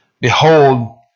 behold